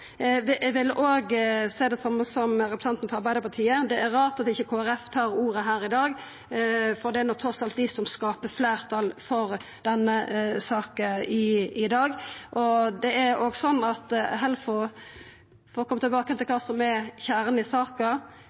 Eg vil seia det same som representanten frå Arbeidarpartiet: Det er rart at ikkje Kristeleg Folkeparti tar ordet her i dag, for det er trass i alt dei som skaper fleirtal for denne saka i dag. Og for å koma tilbake til kva som er kjernen i saka: